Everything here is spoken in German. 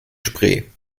spree